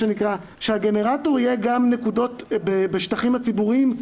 הזה שהגנרטור יהיה גם נקודות בשטחים הציבוריים,